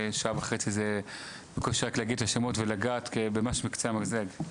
שעה וחצי זה רק לגעת במשהו בקצה המזלג.